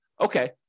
okay